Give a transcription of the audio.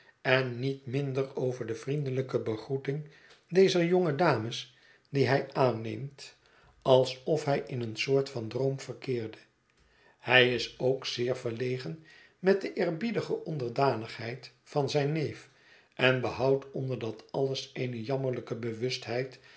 en niét minder over de vriendelijke begroeting dezer jonge dames die hij aanneemt alsof hij in een soort van droom verkeerde hij is ook zeer verlegen met de eerbiedige onderdanigheid van zijn neef en behoudt onder dat alles eene jammerlijke